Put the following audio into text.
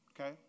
Okay